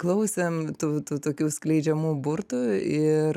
klausėm tų tų tokių skleidžiamų burtų ir